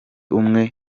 umwe